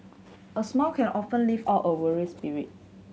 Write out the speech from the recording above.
a smile can often lift up a weary spirit